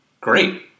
Great